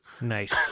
Nice